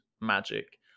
magic